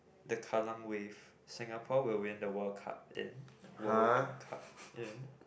the Kallang Wave Singapore will win the World Cup in World Cup in